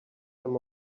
them